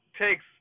takes